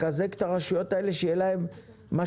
לחזק את הרשויות האלה שיהיו להן משאבים.